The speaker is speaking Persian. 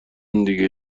دیگه